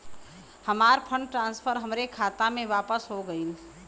हमार fund transfer हमरे खाता मे वापस हो गईल